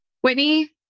Whitney